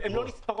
הן בכלל לא נספרות.